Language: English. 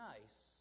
nice